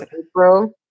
April